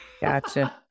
gotcha